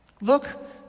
Look